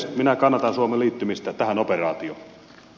minä kannatan suomen liittymistä tähän operaatioon